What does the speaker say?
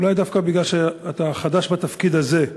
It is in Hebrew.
אולי דווקא מפני שאתה חדש בתפקיד הזה,